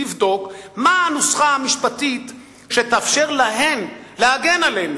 לבדוק מה הנוסחה המשפטית שתאפשר להן להגן עלינו.